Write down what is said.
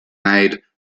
made